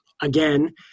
again